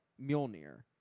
Mjolnir